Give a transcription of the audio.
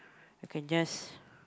you can just